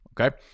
okay